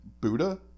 Buddha